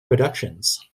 productions